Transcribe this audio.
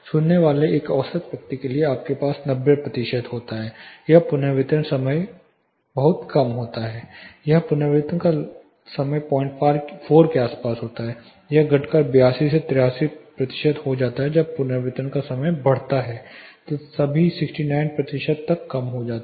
सुनने वाले एक औसत व्यक्ति के लिए आपके पास लगभग 90 प्रतिशत होता है जब पुनर्वितरण का समय बहुत कम होता है जब पुनर्वितरण का समय 04 के आसपास होता है यह घटकर 82 से 83 प्रतिशत हो जाता है जब पुनर्वितरण का समय बढ़ता है तो सभी 69 प्रतिशत तक कम हो जाता है